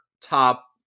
top